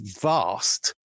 vast